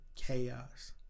chaos